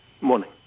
morning